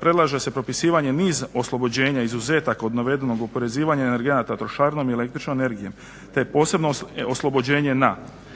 predlaže se propisivanje niza oslobođenja, izuzetaka od navedenog oporezivanja energenata trošarinom i električne energije te posebno oslobođenje na